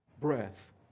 breath